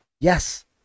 yes